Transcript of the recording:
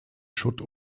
schutt